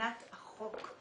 מבחינת החוק.